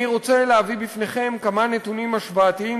אני רוצה להביא בפניכם כמה נתונים השוואתיים,